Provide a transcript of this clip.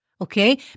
Okay